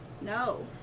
No